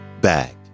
back